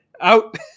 out